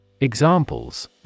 Examples